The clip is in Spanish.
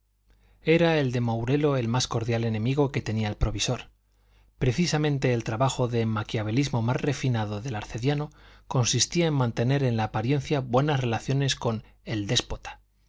era el de mourelo el más cordial enemigo que tenía el provisor precisamente el trabajo de maquiavelismo más refinado del arcediano consistía en mantener en la apariencia buenas relaciones con el déspota